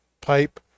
pipe